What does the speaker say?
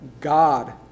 God